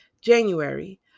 January